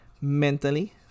mentally